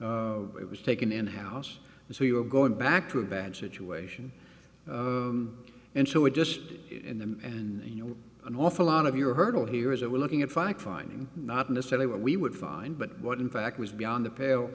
before it was taken in house so you're going back to a bad situation and so it just and you know an awful lot of your hurdle here is that we're looking at fact finding not necessarily what we would find but what in fact was beyond the pale